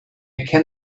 can